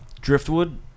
Driftwood